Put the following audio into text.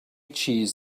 cheese